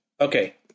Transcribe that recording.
Okay